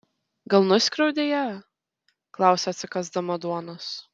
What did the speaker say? gal nuskriaudei ją klausia atsikąsdama duonos